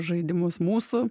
žaidimus mūsų